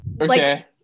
Okay